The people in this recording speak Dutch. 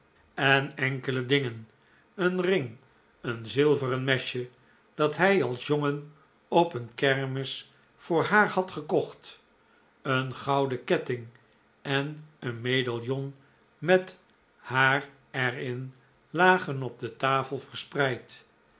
en enkele dingen een ring een zilveren mesje dat hij als jongen op een kermis voor haar had gekocht een gouden ketting en een medaillon met haar er in lagen op de tafel verspreid